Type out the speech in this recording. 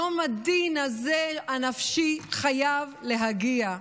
יום הדין הזה, הנפשי, חייב להגיע,